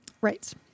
right